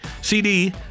CD